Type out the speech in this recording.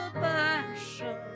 passion